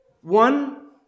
One